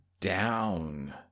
down